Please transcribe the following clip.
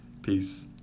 Peace